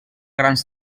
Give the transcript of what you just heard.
grans